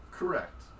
Correct